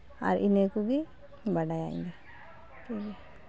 ᱟᱨ ᱤᱱᱟᱹ ᱠᱚᱜᱮᱧ ᱵᱟᱰᱟᱭᱟ ᱤᱧ ᱫᱚ